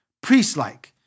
Priest-like